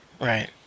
Right